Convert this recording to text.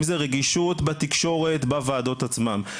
אם זה רגישות בתקשורת בוועדות עצמן,